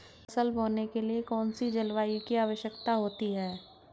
फसल बोने के लिए कौन सी जलवायु की आवश्यकता होती है?